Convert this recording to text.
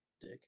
Dick